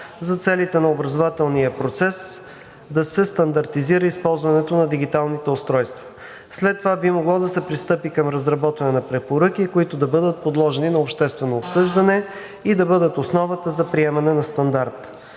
за целите на образователния процес да се стандартизира използването на дигиталните устройства. След това би могло да се пристъпи към разработване на препоръки, които да бъдат подложени на обществено обсъждане (председателят дава сигнал,